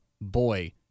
boy